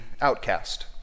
outcast